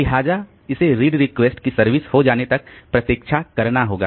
लिहाजा इसे read request की सर्विस हो जाने तक प्रतिक्षा करना होगा